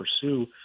pursue